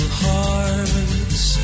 hearts